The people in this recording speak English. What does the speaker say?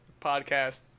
podcast